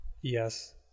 Yes